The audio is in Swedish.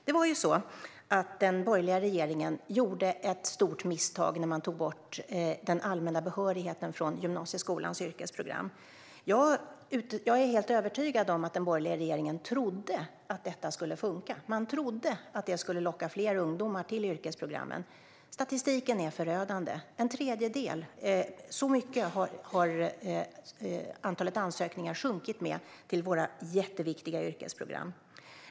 Det var ju så att den borgerliga regeringen gjorde ett stort misstag när man tog bort den allmänna behörigheten från gymnasieskolans yrkesprogram. Jag är helt övertygad om att den borgerliga regeringen trodde att detta skulle funka och att det skulle locka fler ungdomar till yrkesprogrammen. Statistiken är dock förödande. Antalet ansökningar till våra jätteviktiga yrkesprogram har sjunkit med så mycket som en tredjedel.